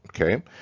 okay